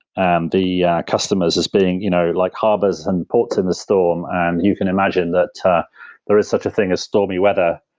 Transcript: and the customers is being you know like harbors and ports in the storm and you can imagine that there is such a thing as stormy weather.